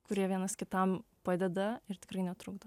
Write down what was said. kurie vienas kitam padeda ir tikrai netrukdo